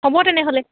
হ'ব তেনেহ'লে